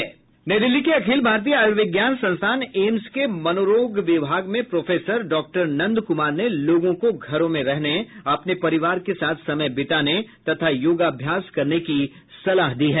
नई दिल्ली के अखिल भारतीय आयुर्विज्ञान संस्थान एम्स के मनोरोग विभाग में प्रोफेसर डॉक्टर नंद कुमार ने लोगों को घरों में रहने अपने परिवार के साथ समय बिताने तथा योगाभ्यास करने की सलाह दी है